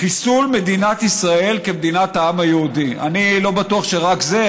חיסול מדינת ישראל כמדינת העם היהודי" אני לא בטוח שרק זה,